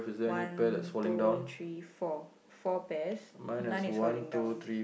one two three four four pears none is falling down